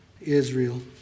Israel